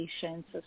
patients